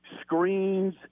screens